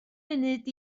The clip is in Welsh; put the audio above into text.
munud